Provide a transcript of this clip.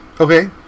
Okay